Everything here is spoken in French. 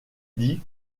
dit